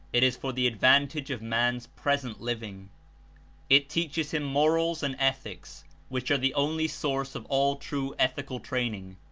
it is for the advantage of man's present living it teaches him morals and eth ics which are the only source of all true ethical train ing,